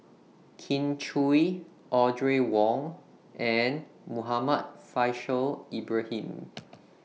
Kin Chui Audrey Wong and Muhammad Faishal Ibrahim